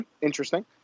Interesting